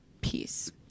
peace